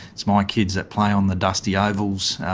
it's my kids that play on the dusty ovals,